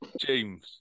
James